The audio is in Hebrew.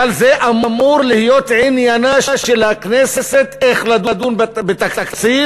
אבל זה אמור להיות עניינה של הכנסת איך לדון בתקציב,